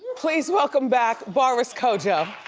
please welcome back, boris kodjoe.